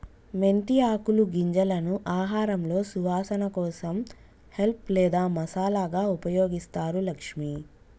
మెంతి ఆకులు గింజలను ఆహారంలో సువాసన కోసం హెల్ప్ లేదా మసాలాగా ఉపయోగిస్తారు లక్ష్మి